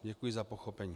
Děkuji za pochopení.